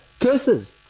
curses